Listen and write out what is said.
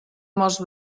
molts